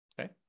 Okay